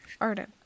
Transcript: Arden